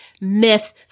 myth